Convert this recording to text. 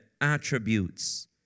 attributes